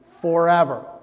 Forever